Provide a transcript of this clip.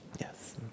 Yes